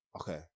Okay